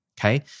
okay